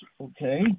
okay